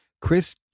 Chris